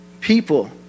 people